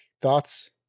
thoughts